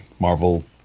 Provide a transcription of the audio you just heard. Marvel